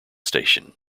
station